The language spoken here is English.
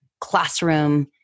classroom